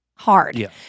hard